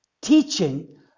teaching